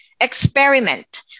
experiment